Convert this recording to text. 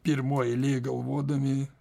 pirmoj eilėj galvodami